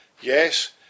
Yes